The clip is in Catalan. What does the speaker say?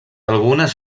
algunes